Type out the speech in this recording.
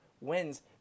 wins